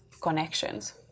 connections